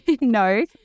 no